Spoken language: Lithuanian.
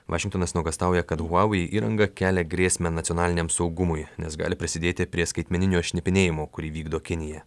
vašingtonas nuogąstauja kad huavei įranga kelia grėsmę nacionaliniam saugumui nes gali prisidėti prie skaitmeninio šnipinėjimo kurį vykdo kinija